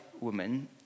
women